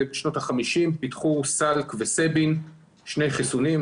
בשנות ה-50 פיתחו סאריק וסבין שני חיסונים,